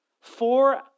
Four